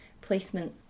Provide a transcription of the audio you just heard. placement